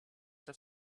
have